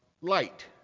light